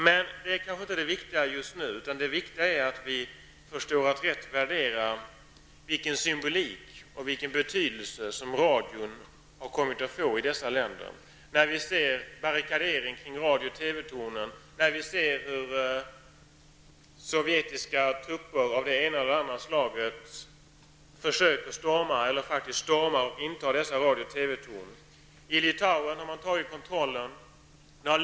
Men det viktiga just nu är att förstå att rätt värdera vilken symbolik och vilken betydelse som radion har kommit att få i dessa länder, när vi ser barrikaderna runt radio och TV-tornen och när vi ser hur sovjetiska trupper av det ena eller andra slaget försöker storma eller faktiskt stormar och intar dessa radio och TV-torn. I Litauen har kontrollen tagits över.